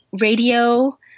radio